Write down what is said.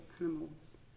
animals